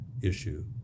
issue